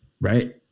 Right